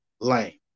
Lane